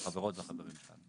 ובחברות שלנו.